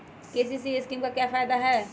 KCC scheme का फायदा क्या है?